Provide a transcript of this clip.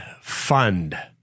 fund